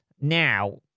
now